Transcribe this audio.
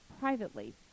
privately